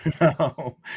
No